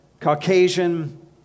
Caucasian